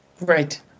Right